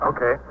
Okay